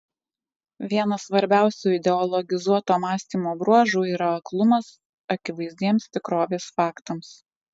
vienas svarbiausių ideologizuoto mąstymo bruožų yra aklumas akivaizdiems tikrovės faktams